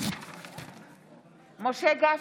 משה גפני,